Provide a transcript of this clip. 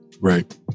right